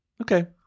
Okay